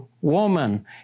woman